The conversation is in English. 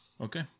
Okay